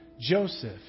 Joseph